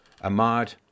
Ahmad